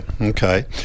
Okay